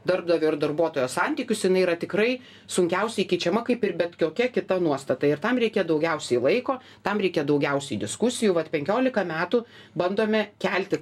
darbdavio ir darbuotojo santykius jinai yra tikrai sunkiausiai keičiama kaip ir bet kiokia kita nuostata ir tam reikia daugiausiai laiko tam reikia daugiausiai diskusijų vat penkiolika metų bandome kelti